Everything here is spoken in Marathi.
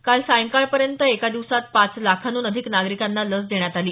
काल सायंकाळपर्यंत एका दिवसांत पाच लाखांहून अधिक नागरिकांना लस देण्यात आली